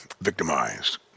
victimized